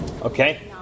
Okay